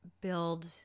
build